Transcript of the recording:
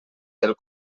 del